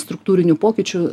struktūrinių pokyčių